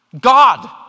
God